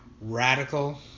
radical